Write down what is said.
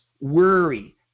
worry